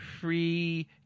free